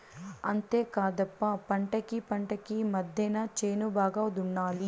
అంతేకాదప్ప పంటకీ పంటకీ మద్దెన చేను బాగా దున్నాలి